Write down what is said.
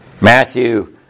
Matthew